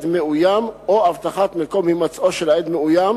מאוים או אבטחת מקום הימצאו של עד מאוים,